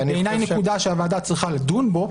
בעיניי נקודה שהוועדה צריכה לדון בה,